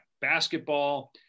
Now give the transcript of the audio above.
Basketball